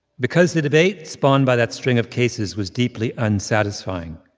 because the debate spawned by that string of cases was deeply unsatisfying.